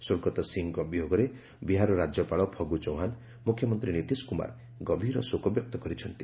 ସ୍ୱର୍ଗତ ସିଂହଙ୍କ ବିୟୋଗରେ ବିହାରର ରାଜ୍ୟପାଳ ଫଗୁ ଚୌହ୍ୱାନ ମୁଖ୍ୟମନ୍ତ୍ରୀ ନୀତିଶ କୁମାର ଗଭୀର ଶୋକ ବ୍ୟକ୍ତ କରିଛନ୍ତି